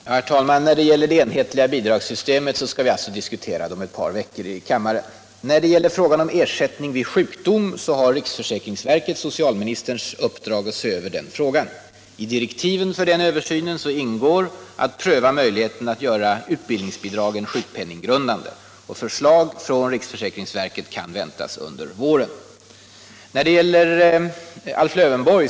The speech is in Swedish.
Herr talman! När det gäller det enhetliga bidragssystemet, så skall vi alltså diskutera det om ett par veckor i kammaren. När det gäller frågan om ersättning vid sjukdom, så har riksförsäkringsverket socialministerns uppdrag att se över den frågan. I direktiven för översynen ingår att man skall pröva möjligheten att göra utbildningsbidragen sjukpenninggrundande. Och förslag från riksförsäkringsverket kan väntas under våren. Så till Alf Lövenborg.